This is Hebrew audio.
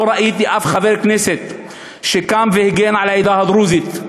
לא ראיתי אף חבר כנסת שקם והגן על העדה הדרוזית,